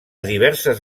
diverses